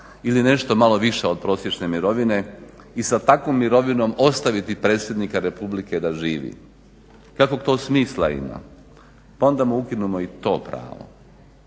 ili nešto malo više od prosječne mirovine i sa takvom mirovinom ostaviti predsjednika Republike da živi. Kakvog to smisla ima? Pa onda mu ukinimo i to pravo.